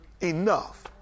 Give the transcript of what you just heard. enough